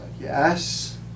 Yes